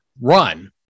run